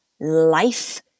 life